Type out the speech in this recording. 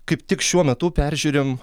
kaip tik šiuo metu peržiūrim